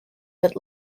that